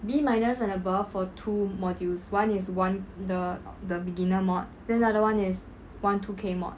b miners and above for two modules one is one the the beginner mod then the other [one] is one two K mod